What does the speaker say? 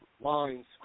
lines